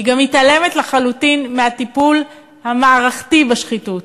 היא גם מתעלמת לחלוטין מהטיפול המערכתי בשחיתות,